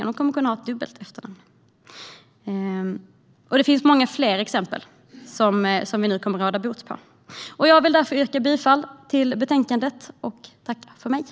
Man kommer att kunna ha ett dubbelt efternamn. Det finns även många fler exempel som vi nu kommer att råda bot på. Jag vill därför yrka bifall till förslaget i betänkandet.